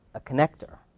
a connector.